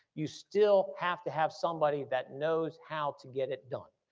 you still have to have somebody that knows how to get it done.